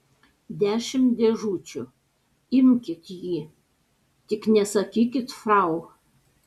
dešimt dėžučių imkit jį tik nesakykit frau